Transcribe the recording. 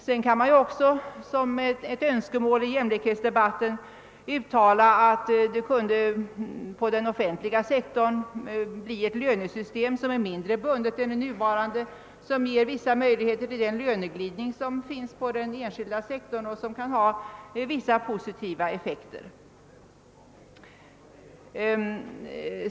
Man kan vidare såsom ett önskemål i jämlikhetsdebatten uttala att det inom den offentliga sektorn borde skapas ett lönesystem som är mindre bundet än det nuvarande och som ger vissa möjligheter till en sådan löneglidning, vilken förekommer inom den enskilda sektorn och vilken kan ha vissa positiva effekter.